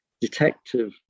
detective